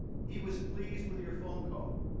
he was pleased with your phone call.